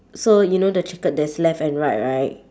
so you know checkered there's left and right right